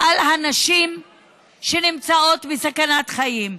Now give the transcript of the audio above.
על הנשים שנמצאות בסכנת חיים?